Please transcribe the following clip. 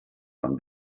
von